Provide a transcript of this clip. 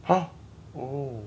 !huh! oh